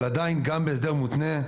אבל גם הסדר מותנה,